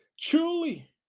truly